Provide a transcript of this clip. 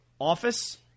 Office